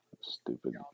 Stupid